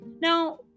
Now